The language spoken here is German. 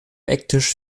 ecktisch